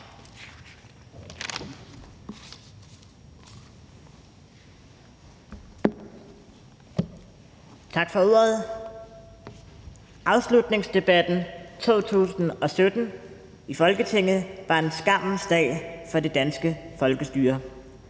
Tak for ordet. Afslutningsdebatten i Folketinget i 2017 var en skammens dag for det danske folkestyre.